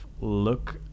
look